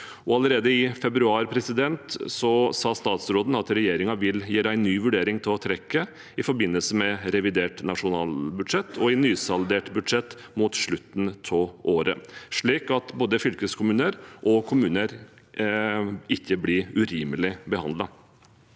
Allerede i februar sa statsråden at regjeringen vil gjøre en ny vurdering av trekket i forbindelse med revidert nasjonalbudsjett og i nysaldert budsjett mot slutten av året, slik at verken fylkeskommuner eller kommuner blir urimelig behandlet.